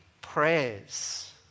prayers